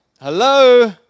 hello